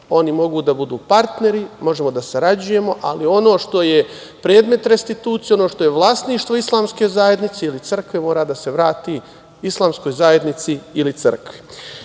Oni mogu da budu partneri, možemo da sarađujemo, ali ono što je predmet restitucije, ono što je vlasništvo islamske zajednice ili crkve mora da se vrati islamskoj zajednici ili crkvi. Na